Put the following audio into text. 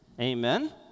Amen